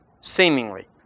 seemingly